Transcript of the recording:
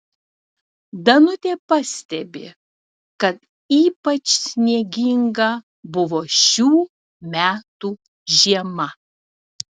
danutė pastebi kad ypač snieginga buvo šių metų žiema